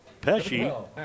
Pesci